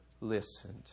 listened